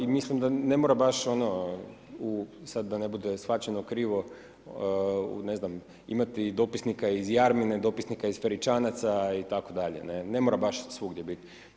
I mislim da ne mora baš ono sada da ne bude shvaćeno krivo, imati dopisnika iz Jarmine, dopisnika iz Feričanaca itd. ne mora baš svugdje bit.